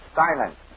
silence